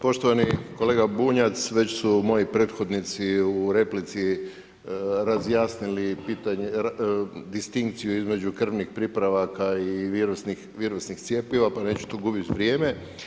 Poštovani kolega Bunjac, već su moji prethodnici u replici razjasnili pitanje, distinkciju između krvnih pripravaka i virusnih cjepiva pa neću tu gubiti vrijeme.